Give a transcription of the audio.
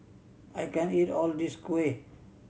I can't eat all of this kuih